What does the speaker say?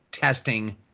testing